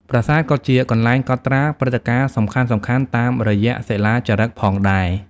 ប្រាសាទក៏ជាកន្លែងកត់ត្រាព្រឹត្តិការណ៍សំខាន់ៗតាមរយៈសិលាចារឹកផងដែរ។